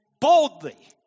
boldly